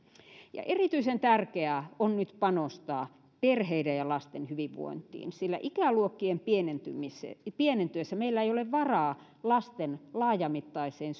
erityisen tärkeää on nyt panostaa perheiden ja lasten hyvinvointiin sillä ikäluokkien pienentyessä meillä ei ole varaa lasten laajamittaiseen